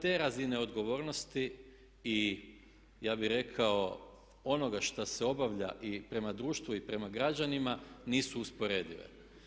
Ta razina odgovornosti i ja bih rekao onoga što se obavlja i prema društvu i prema građanima nisu usporedive.